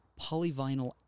polyvinyl